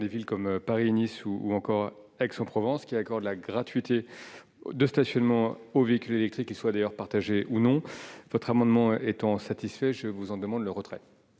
des villes comme Paris, Nice ou Aix-en-Provence, qui accordent la gratuité de stationnement aux véhicules électriques, qu'ils soient partagés ou non d'ailleurs. Cet amendement étant satisfait, j'en demande le retrait.